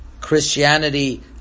Christianity